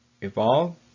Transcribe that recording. evolve